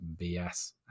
BS